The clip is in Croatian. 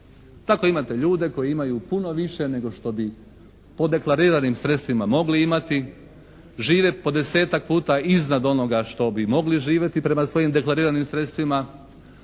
Tako imate ljude koji imaju puno više nego što bi po deklariranim sredstvima mogli imati, žive po desetak puta iznad onoga što bi mogli živjeti prema svojim deklariranim sredstvima,